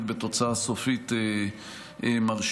בתוצאה סופית מרשימה,